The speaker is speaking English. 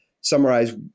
summarize